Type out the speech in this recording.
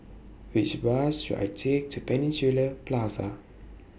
Which Bus should I Take to Peninsula Plaza